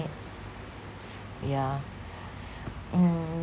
yeah mm